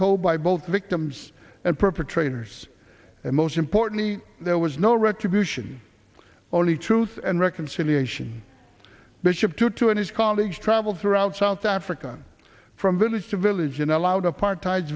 told by both victims and perpetrators and most importantly there was no retribution only truth and reconciliation bishop tutu and his college traveled throughout south africa from village to village and allowed apartheid